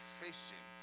facing